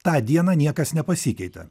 tą dieną niekas nepasikeitė